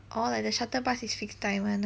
orh like the shuttle bus is fixed time one